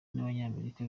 n’abanyamerika